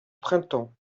printemps